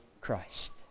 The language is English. Christ